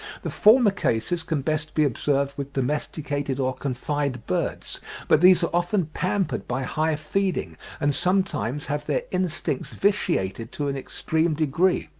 the former cases can best be observed with domesticated or confined birds but these are often pampered by high feeding, and sometimes have their instincts vitiated to an extreme degree.